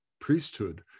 priesthood